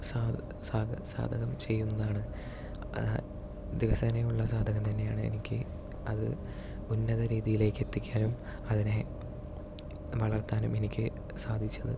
സാ സാ സാധകം ചെയ്യുന്നതാണ് ദിവസേനയുള്ള സാധകം തന്നെയാണ് എനിക്ക് അത് ഉന്നത രീതിയിലേക്ക് എത്തിക്കാനും അതിനെ വളർത്താനും എനിക്ക് സാധിച്ചത്